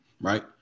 right